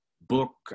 book